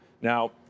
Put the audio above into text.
Now